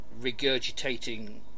regurgitating